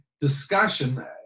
discussion